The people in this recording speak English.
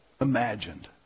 imagined